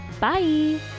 Bye